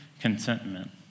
contentment